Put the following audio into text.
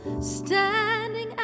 Standing